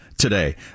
Today